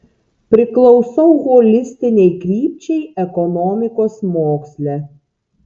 priklausau holistinei krypčiai ekonomikos moksle